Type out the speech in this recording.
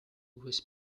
was